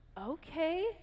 okay